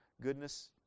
goodness